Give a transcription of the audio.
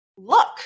Look